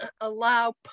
allow